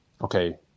okay